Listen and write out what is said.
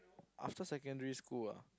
after secondary school ah